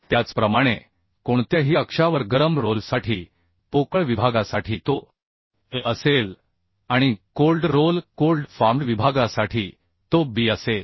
त्याचप्रमाणे कोणत्याही अक्षावर गरम रोलसाठी पोकळ विभागासाठी तो A असेल आणि कोल्ड रोल कोल्ड फॉर्म्ड विभागासाठी तो B असेल